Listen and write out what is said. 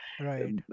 right